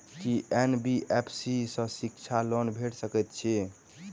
की NBFC सँ शिक्षा loan भेटि सकैत अछि?